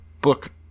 book